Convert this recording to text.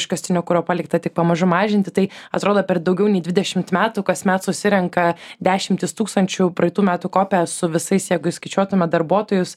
iškastinio kuro palikta tik pamažu mažinti tai atrodo per daugiau nei dvidešimt metų kasmet susirenka dešimtys tūkstančių praeitų metų kope su visais jeigu skaičiuotume darbuotojus